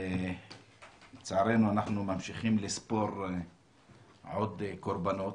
לצערנו אנחנו ממשיכים לספור עוד קורבנות